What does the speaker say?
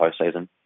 postseason